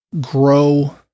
grow